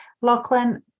Lachlan